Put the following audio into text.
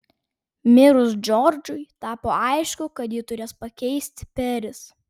mirus džordžui tapo aišku kad jį turės pakeisti peris